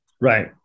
Right